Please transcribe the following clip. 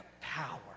power